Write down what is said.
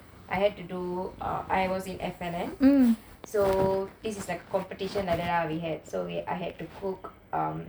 I had to do uh I was in F_N_N so this is like competition like that so I had to cook um